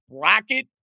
bracket